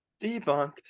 Debunked